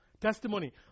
testimony